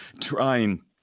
trying